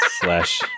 Slash